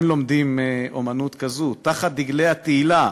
הם לומדים אמנות כזאת: תחת דגלי התהילה,